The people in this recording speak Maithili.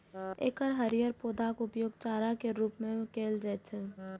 एकर हरियर पौधाक उपयोग चारा के रूप मे कैल जाइ छै